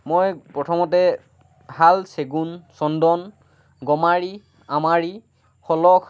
মই প্ৰথমতে শাল চেগুণ চন্দন গমাৰি আমাৰি শলখ